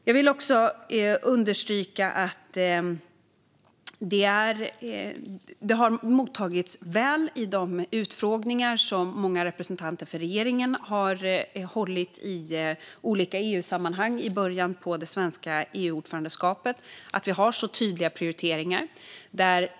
Jag vill också understryka att våra tydliga prioriteringar har mottagits väl i de utfrågningar som många representanter för regeringen hållit i olika EU-sammanhang i början av det svenska EU-ordförandeskapet.